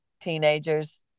teenagers